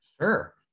Sure